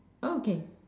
okay